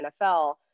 NFL